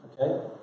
Okay